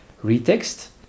Retext